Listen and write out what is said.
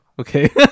Okay